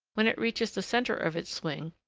when it reaches the centre of its swing,